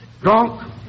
drunk